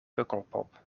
pukkelpop